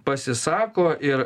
pasisako ir